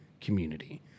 community